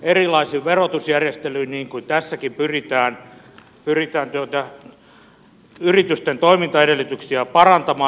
erilaisin verotusjärjestelyin niin kuin tässäkin pyritään yritysten toimintaedellytyksiä parantamaan